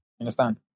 understand